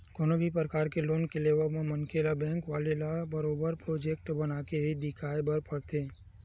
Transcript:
कोनो भी परकार के लोन के लेवब म मनखे ल बेंक वाले ल बरोबर प्रोजक्ट बनाके ही देखाये बर परथे कोनो